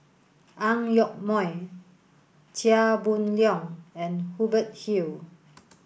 Ang Yoke Mooi Chia Boon Leong and Hubert Hill